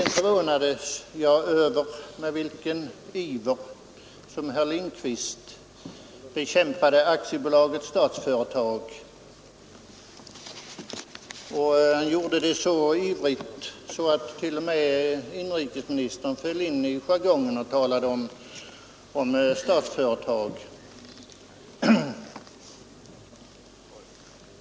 Jag förvånades över den iver med vilken herr Lindkvist bekämpade Statsföretag AB. Han gjorde det så ivrigt att t.o.m. inrikesministern föll in i jargongen och talade om Statsföretag AB.